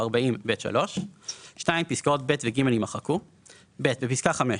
40(ב)(3)"; פסקאות (ב) ו-(ג) יימחקו; רגע,